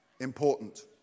important